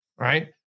right